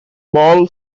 ball